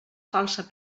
falsa